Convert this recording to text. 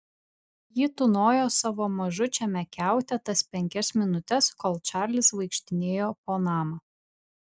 ji tūnojo savo mažučiame kiaute tas penkias minutes kol čarlis vaikštinėjo po namą